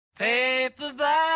Paperback